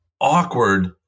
awkward